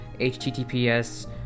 HTTPS